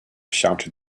shouted